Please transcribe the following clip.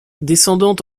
descendant